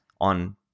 on